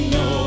no